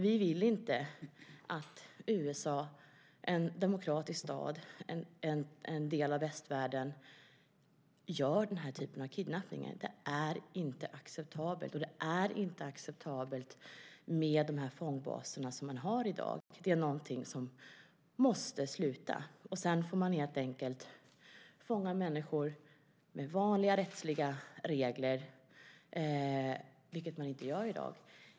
Vi vill inte att USA, en demokratisk stat, en del av västvärlden, gör den här typen av kidnappningar. Det är inte acceptabelt, och det är inte acceptabelt med de fångbaser som man har i dag. Det är någonting som måste sluta. Sedan får man helt enkelt fånga människor med vanliga rättsliga regler, vilket man inte gör i dag.